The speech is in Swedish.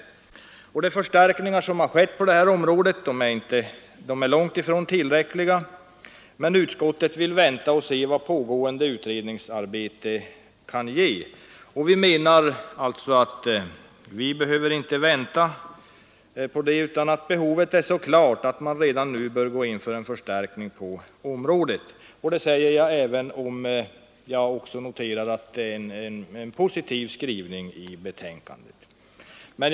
De förstärkningar som hittills skett på detta område är långtifrån tillräckliga, men utskottet vill ändå vänta och se vad pågående utredningsarbete kan resultera i. Vi menar att man inte behöver vänta på det utan att behovet är så klart att man redan nu bör gå in för en förstärkning på området. Detta säger jag, även om jag också noterar att skrivningen i utskottets betänkande är positiv. Herr talman!